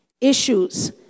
issues